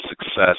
success